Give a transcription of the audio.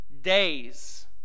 Days